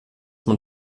man